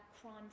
crime